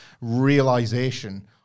realization